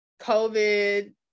COVID